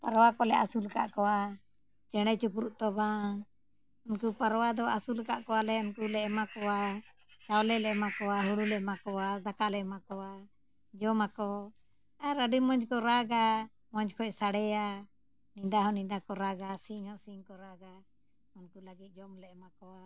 ᱯᱟᱨᱣᱟ ᱠᱚᱞᱮ ᱟᱹᱥᱩᱞ ᱟᱠᱟᱫ ᱠᱚᱣᱟ ᱪᱮᱬᱮ ᱪᱤᱯᱨᱩᱫ ᱫᱚ ᱵᱟᱝ ᱩᱱᱠᱩ ᱯᱟᱨᱣᱟ ᱫᱚ ᱟᱹᱥᱩᱞ ᱟᱠᱟᱫ ᱠᱚᱣᱟᱞᱮ ᱩᱱᱠᱩ ᱞᱮ ᱮᱢᱟ ᱠᱚᱣᱟ ᱪᱟᱣᱞᱮ ᱞᱮ ᱮᱢᱟ ᱠᱚᱣᱟ ᱦᱩᱲᱩ ᱞᱮ ᱮᱢᱟ ᱠᱚᱣᱟ ᱫᱟᱠᱟ ᱞᱮ ᱮᱢᱟ ᱠᱚᱣᱟ ᱡᱚᱢ ᱟᱠᱚ ᱟᱨ ᱟᱹᱰᱤ ᱢᱚᱡᱽ ᱠᱚ ᱨᱟᱜᱟ ᱢᱚᱡᱽ ᱚᱠᱚᱡ ᱥᱟᱲᱮᱭᱟ ᱧᱤᱫᱟᱹ ᱦᱚᱸ ᱧᱤᱫᱟᱹ ᱠᱚ ᱨᱟᱜᱟ ᱥᱤᱝᱦᱚᱸ ᱥᱤᱧ ᱠᱚ ᱨᱟᱜᱟ ᱩᱱᱠᱩ ᱞᱟᱹᱜᱤᱫ ᱡᱚᱢ ᱞᱮ ᱮᱢᱟ ᱠᱚᱣᱟ